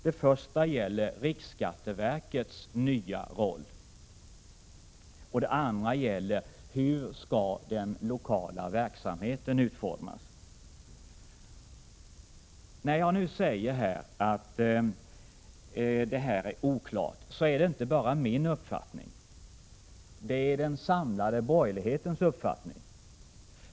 Den första gäller riksskatteverkets nya roll, och den andra gäller hur den lokala verksamheten skall utformas. Det är inte bara min egen uppfattning att regeringens proposition är oklar. Det är den samlade borgerlighetens uppfattning.